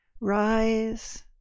rise